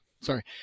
sorry